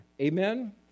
Amen